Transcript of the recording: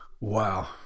Wow